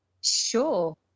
Sure